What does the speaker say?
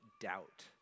doubt